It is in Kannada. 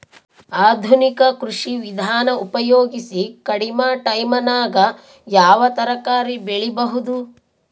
ಆಧುನಿಕ ಕೃಷಿ ವಿಧಾನ ಉಪಯೋಗಿಸಿ ಕಡಿಮ ಟೈಮನಾಗ ಯಾವ ತರಕಾರಿ ಬೆಳಿಬಹುದು?